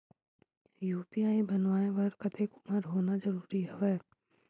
UPI बनवाय बर कतेक उमर होना जरूरी हवय?